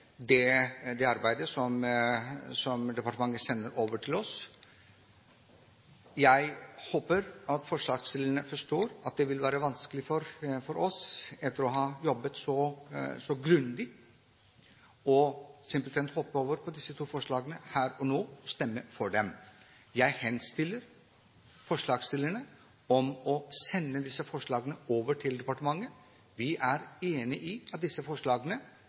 det arbeidet som departementet sender over til oss. Jeg håper at forslagsstillerne forstår at det er vanskelig for oss etter å ha jobbet så grundig, simpelthen å hoppe over på disse to forslagene her og nå og stemme for dem. Jeg henstiller forslagsstillerne om å sende disse forslagene over til departementet. Vi er enig i at disse forslagene